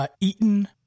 eaten